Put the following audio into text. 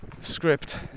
script